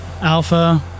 Alpha